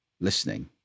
listening